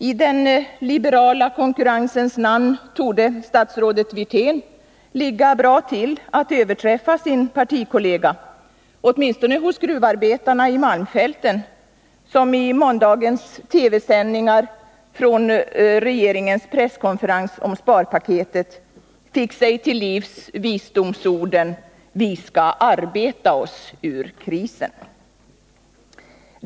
I den liberala konkurrensens namn torde statsrådet Wirtén ligga bra till att överträffa sin partikollega, åtminstone hos gruvarbetarna i malmfälten, som i måndagens TV-sändningar från regeringens presskonferens om sparpaketet fick sig till livs visdomsorden: Vi skall arbeta oss ur krisen!